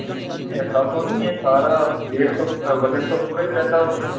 ऐसा तो नहीं है सारा वेट तो वजन तो पूरा ही रहता है उसमें